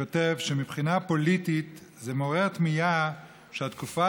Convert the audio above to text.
שכותב ש"מבחינה פוליטית זה מעורר תמיהה שהתקופה